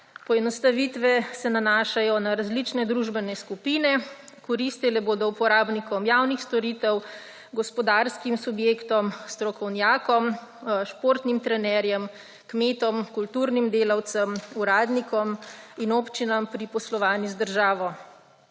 Poenostavitve se nanašajo na različne družbene skupine. Koristile bodo uporabnikom javnih storitev, gospodarskim subjektom, strokovnjakom, športnim trenerjem, kmetom, kulturnim delavcem, uradnikom in občinam pri poslovanju z državo.